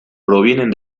provienen